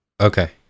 Okay